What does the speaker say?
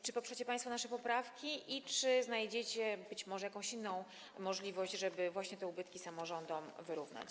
Czy poprzecie państwo nasze poprawki i czy znajdziecie być może jakąś inną możliwość, żeby właśnie te ubytki samorządom wyrównać?